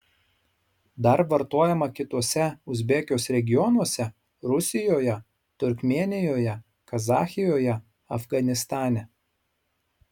dar vartojama kituose uzbekijos regionuose rusijoje turkmėnijoje kazachijoje afganistane